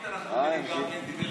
ערבית אנחנו מבינים גם כן, הוא דיבר